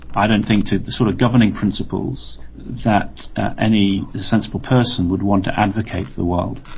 i don't think, to the sort of governing principles that any sensible person would want to advocate for the world.